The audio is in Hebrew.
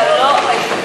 נתקבל.